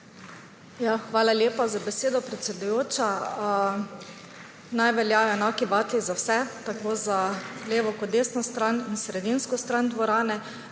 Hvala lepa za besedo, predsedujoča. Naj veljajo enaki vatli za vse, tako za levo kot za desno stran in za sredinsko stran dvorane.